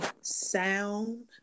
sound